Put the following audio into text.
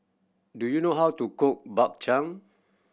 do you know how to cook Bak Chang